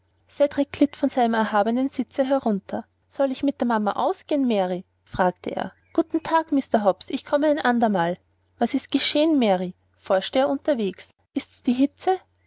cedrik glitt von seinem erhabenen sitze herunter soll ich mit der mama ausgehen mary fragte er guten tag mr hobbs ich komme ein andermal was ist denn geschehen mary forschte er unterwegs ist's die hitze